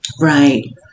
Right